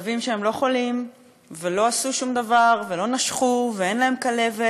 כלבים שהם לא חולים ולא עשו שום דבר ולא נשכו ואין להם כלבת.